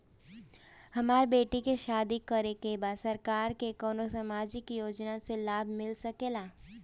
हमर बेटी के शादी करे के बा सरकार के कवन सामाजिक योजना से लाभ मिल सके ला?